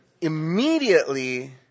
immediately